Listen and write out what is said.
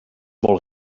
molt